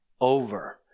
over